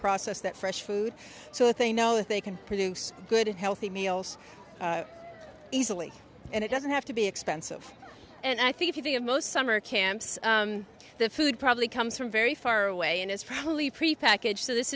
process that fresh food so that they know that they can produce good healthy meals easily and it doesn't have to be expensive and i think if you think of most summer camps the food probably comes from very far away and it's probably prepackaged so this